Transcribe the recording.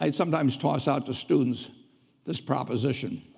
and sometimes toss out to students this proposition.